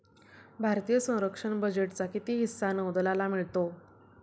भारतीय संरक्षण बजेटचा किती हिस्सा नौदलाला मिळतो?